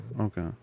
Okay